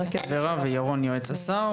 ורה ויועץ השר.